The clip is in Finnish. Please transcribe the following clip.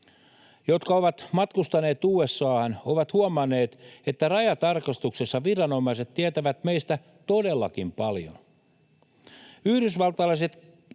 jotka ovat matkustaneet USA:han, ovat huomanneet, että rajatarkastuksessa viranomaiset tietävät meistä todellakin paljon. Yhdysvaltalaiset digijätit